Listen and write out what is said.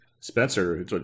Spencer